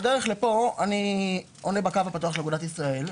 בדרך לפה אני עולה בקו הפתוח של אגודת ישראל,